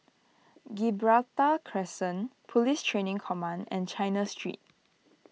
Gibraltar Crescent Police Training Command and China Street